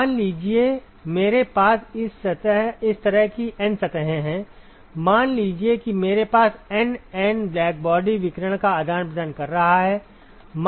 मान लीजिए मेरे पास इस तरह की N सतहें हैं मान लीजिए कि मेरे पास N N ब्लैकबॉडी विकिरण का आदान प्रदान कर रहा है